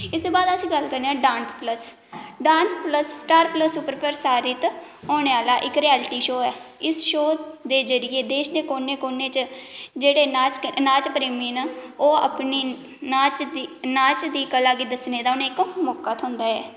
इसदे बाद अस गल्ल करने आं dance plus dance plus star plus उप्पर प्रसारित होने आह्ला इक रेयालटी शो ऐ इस शो दे जरिये देश दे कोन्ने कोन्ने च जेह्ड़े नाच नाच प्रेमी न ओह् अपनी नाच दी नाच दी कला गी दस्सने दा उ'नेंगी इक मौका थ्होंदा ऐ